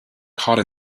caught